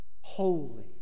Holy